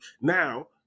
Now